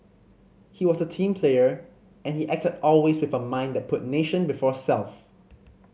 he was a team player and he acted always with a mind that put nation before self